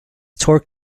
torque